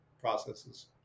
processes